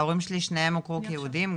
ההורים שלי שניהם הוכרו כיהודים,